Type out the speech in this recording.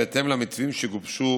בהתאם למתווים שגובשו